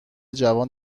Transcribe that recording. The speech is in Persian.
جوان